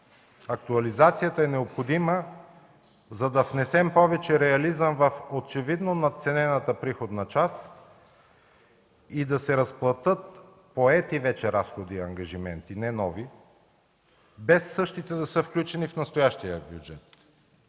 Актуализацията е необходима, за да внесем повече реализъм в очевидно надценената приходна част и да се разплатят поети вече разходи и ангажименти, не нови, без същите да са включени в настоящия бюджет.